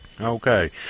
Okay